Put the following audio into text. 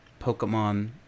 pokemon